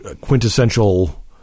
quintessential